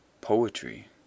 poetry